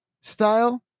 style